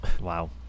wow